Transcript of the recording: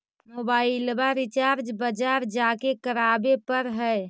मोबाइलवा रिचार्ज बजार जा के करावे पर है?